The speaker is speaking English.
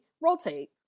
rotate